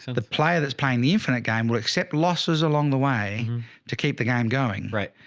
so the player that's playing the infinite game will accept losses along the way to keep the game going, right?